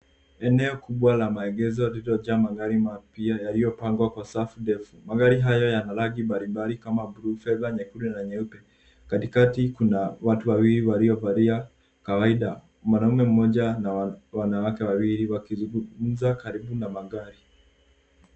Eneo kubwa la maegezo lililojaa magari mapya yaliyopangwa kwa safu ndefu. Magari haya yana rangi mbalimbali kama buluu, fedha, neykundu na nyeupe. Katikati kuna watu wawili waliovalia kawaida, mwanamume mmoja na wanawake wawili wakizungumza karibu na magari.